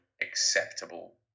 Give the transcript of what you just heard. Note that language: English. acceptable